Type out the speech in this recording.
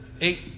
eight